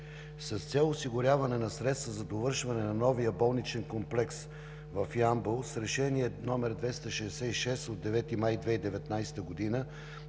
с цел осигуряване на средства за довършване на новия болничен комплекс в Ямбол с Решение № 266 от 9 май 2019 г.